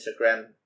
Instagram